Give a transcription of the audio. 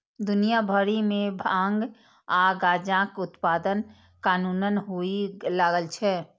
दुनिया भरि मे भांग आ गांजाक उत्पादन कानूनन हुअय लागल छै